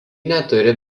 neturi